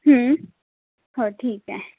हो ठीक आहे